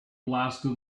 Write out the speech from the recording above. blasted